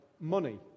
money